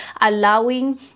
allowing